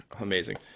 Amazing